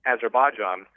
Azerbaijan